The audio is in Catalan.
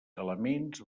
elements